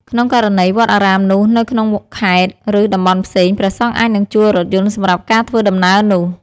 ក្នុងករណី វត្តអារាមនោះនៅក្នុងខេត្ត ឬ តំបន់ផ្សេង ព្រះសង្ឃអាចនឹងជួលរថយន្តសម្រាប់ការធ្វើដំណើរនោះ។